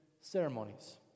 ceremonies